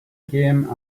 game